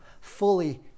fully